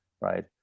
right